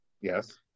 Yes